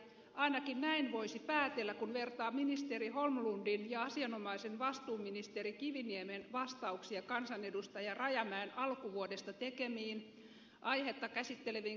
ainakin näin voisi päätellä kun vertaa ministeri holmlundin ja asianomaisen vastuuministeri kiviniemen vastauksia kansanedustaja rajamäen alkuvuodesta tekemiin aihetta käsitteleviin kirjallisiin kysymyksiin